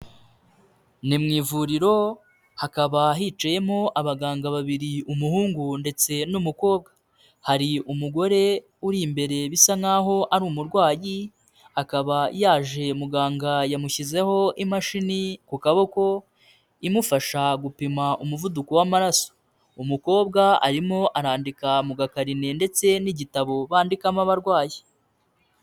Ni mu ivuriro hakaba hicayemo abaganga babiri umuhungu ndetse n'umukobwa hari umugore uri imbereye bisa nk'aho ari umurwayi akaba yaje muganga yamushyizeho imashini ku kaboko imufasha gupima umuvuduko w'amaraso umukobwa arimo arandika mu gakarine ndetse n'igitabo bandikamo abarwayi.